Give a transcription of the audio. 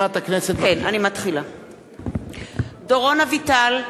(קוראת בשמות חברי הכנסת) דורון אביטל,